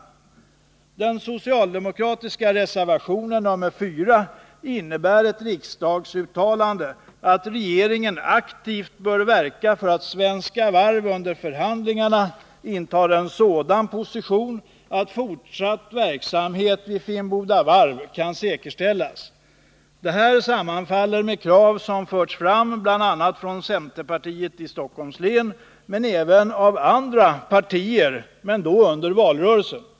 Ett bifall till den socialdemokratiska reservationen 4 innebär ett riksdagsuttalande om att regeringen aktivt bör verka för att Svenska Varv under förhandlingarna intar en sådan position att fortsatt verksamhet vid Finnboda Varf kan säkerställas. Detta sammanfaller med krav som förts fram av bl.a. centerpartiet i Stockholms län, men även av andra partier — under valrörelsen.